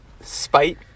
spite